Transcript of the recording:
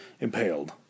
impaled